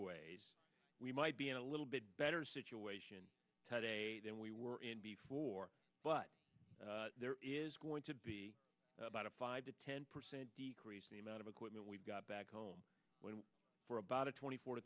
ways we might be in a little bit better situation today than we were in before but there is going to be about a five to ten percent decrease the amount of equipment we've got back home for about a twenty four